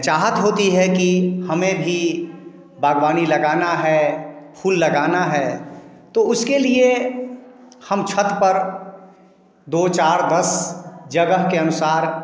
चाहत होती है कि हमें भी बागवानी लगाना है फूल लगाना है तो उसके लिए हम छत पर दो चार बस जगह के अनुसार